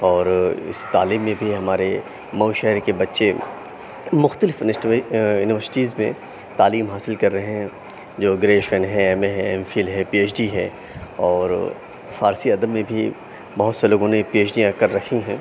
اور اِس تعلیم میں بھی ہمارے مئو شہر کے بچے مختلف میں یونیورسٹیز میں تعلیم حاصل کر رہے ہیں جو گرییشفن ہیں ایم اے ہیں ایم فل ہیں پی ایچ ڈی ہے اور فارسی ادب میں بھی بہت سے لوگوں نے پی ایچ ڈی کر رکھی ہیں